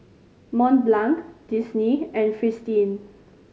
Mont Blanc Disney and Fristine